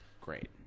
great